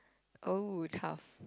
oh tough